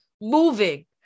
moving